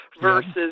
versus